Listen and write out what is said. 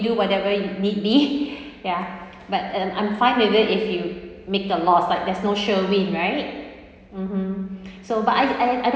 do whatever you need be ya but um I'm fine with it if you make the loss like there's no sure win right mmhmm so but I I I